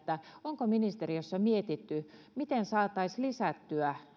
onko ministeriössä mietitty miten saataisiin lisättyä